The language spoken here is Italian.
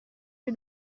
più